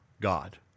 God